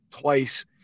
twice